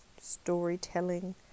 storytelling